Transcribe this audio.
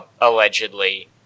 allegedly